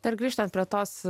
dar grįžtant prie tos